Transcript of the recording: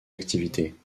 activités